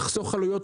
תחסוך עלויות,